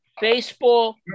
baseball